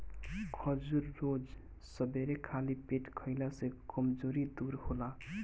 खजूर रोज सबेरे खाली पेटे खइला से कमज़ोरी दूर होला